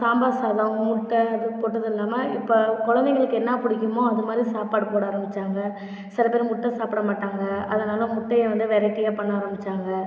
சாம்பார் சாதம் முட்டை அது போட்டது இல்லாமல் இப்போ குழந்தைங்களுக்கு என்ன பிடிக்குமோ அது மாதிரி சாப்பாடு போட ஆரம்பிச்சாங்க சில பேர் முட்டை சாப்பிட மாட்டாங்க அதனால் முட்டையை வந்து வெரைட்டியாக பண்ண ஆரம்பிச்சாங்க